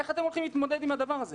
איך אתם הולכים להתמודד עם הדבר הזה?